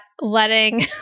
letting